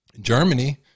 Germany